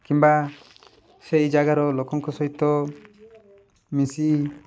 କିମ୍ବା ସେହି ଜାଗାର ଲୋକଙ୍କ ସହିତ ମିଶି